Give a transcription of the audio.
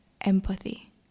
empathy